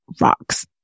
rocks